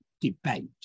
debate